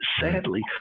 sadly